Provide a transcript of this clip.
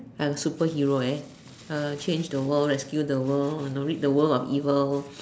a superhero right change the world rescue the world rid the world of evil